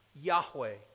Yahweh